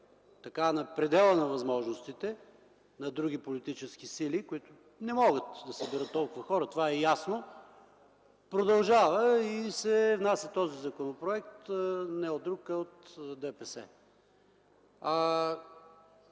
бъде на предела на възможностите на други политически сили, които не могат да съберат толкова хора, това е ясно, продължава и този законопроект се внася не от друг, а от ДПС. Този